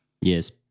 Yes